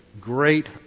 great